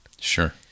Sure